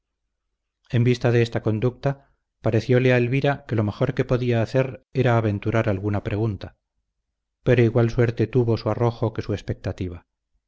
en vista de esta conducta parecióle a elvira que lo mejor que podía hacer era aventurar alguna pregunta pero igual suerte tuvo su arrojo que su expectativa